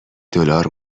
دلار